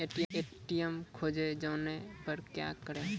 ATM खोजे जाने पर क्या करें?